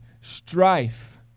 strife